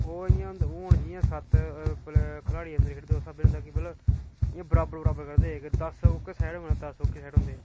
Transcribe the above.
ओह् इ'यां होंदे हून जि'यां सत्त खलाड़ी होंदे क्रिकेट दे उस स्हाबै मतलव केह् होंदे इ'यां बराबर बराबर करदे दस ओह्की साइड होंदे दस ओह्की साइड होंदे